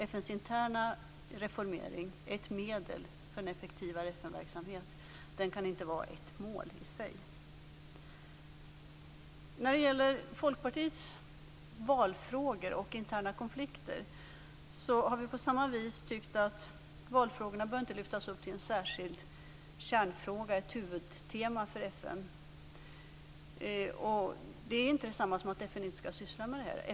FN:s interna reformering är ett medel för en effektivare FN-verksamhet. Den kan inte vara ett mål i sig. Folkpartiet tar upp valfrågor och interna konflikter. Vi har här på samma vis tyckt att valfrågorna inte bör lyftas upp till ett särskilt kärnområde, ett huvudtema för FN. Det är inte detsamma som att FN inte skall syssla med detta.